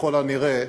ככל הנראה,